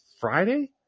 Friday